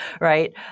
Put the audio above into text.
right